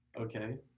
okay